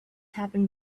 happened